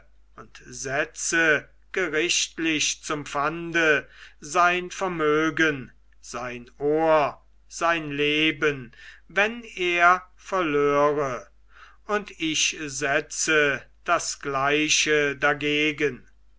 und setze gerichtlich zum pfande sein vermögen sein ohr sein leben wenn er verlöre und ich setze das gleiche dagegen